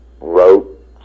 wrote